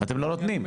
אתם לא נותנים.